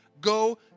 go